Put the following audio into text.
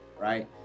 right